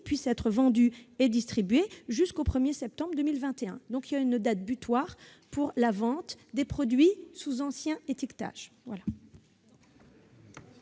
puissent être vendus et distribués jusqu'au 1 septembre 2021 : il y a donc bien une date butoir pour la vente des produits sous ancien étiquetage.